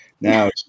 Now